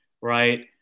Right